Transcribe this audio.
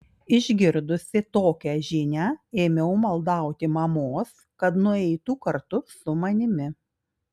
išgirdusi tokią žinią ėmiau maldauti mamos kad nueitų kartu su manimi